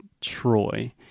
Troy